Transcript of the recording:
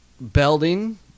Belding